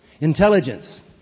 intelligence